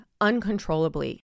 uncontrollably